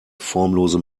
formlose